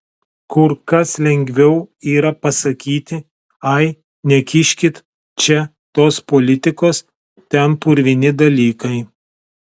kur kas lengviau yra pasakyti ai nekiškit čia tos politikos ten purvini dalykai